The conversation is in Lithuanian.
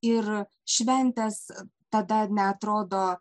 ir šventės tada neatrodo